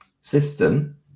system